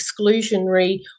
exclusionary